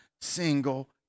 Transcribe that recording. single